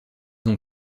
ont